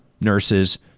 Nurses